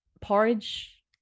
porridge